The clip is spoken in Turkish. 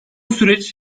süreç